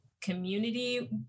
community